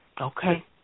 Okay